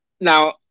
now